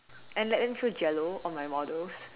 and let them throw jello on my models